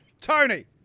Tony